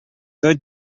tot